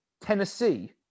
Tennessee